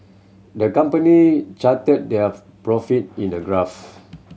the company charted their profit in a graphs